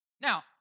Now